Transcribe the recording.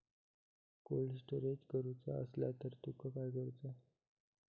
Cold storage करूचा असला तर कसा करायचा?